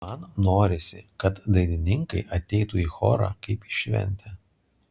man norisi kad dainininkai ateitų į chorą kaip į šventę